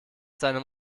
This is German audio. seinem